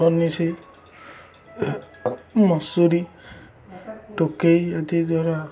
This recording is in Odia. ବନିଶୀ ମଶୁରି ଟୋକେଇ ଆଦି ଦ୍ୱାରା